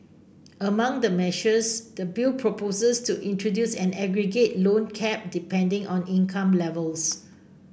among the measures the bill proposes to introduce an aggregate loan cap depending on income levels